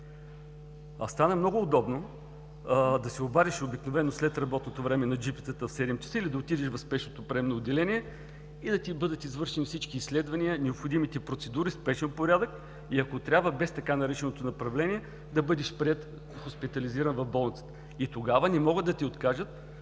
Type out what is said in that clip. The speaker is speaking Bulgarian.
Стана много удобно да се обадиш обикновено след работното време на джипитата в 19.00 ч. или да отидеш в спешното приемно отделение и да ти бъдат извършени всички изследвания, необходимите процедури в спешен порядък и ако трябва, без така нареченото „направление“, да бъдеш приет, хоспитализиран в болницата. Тогава не могат да ти откажат